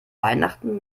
weihnachten